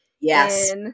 Yes